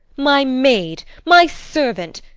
my maid, my servant!